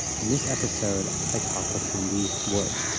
in this episode, i talk with wendy wood.